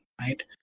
right